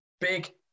big